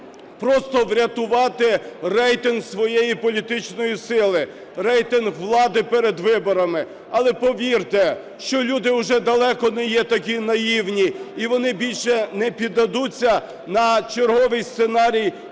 просто врятувати рейтинг своєї політичної сили, рейтинг влади перед виборами. Але повірте, що люди вже далеко не є такі наївні, і вони більше не піддадуться на черговий сценарій "95